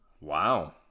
Wow